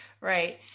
Right